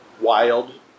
wild